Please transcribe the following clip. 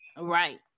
Right